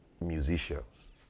Musicians